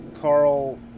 Carl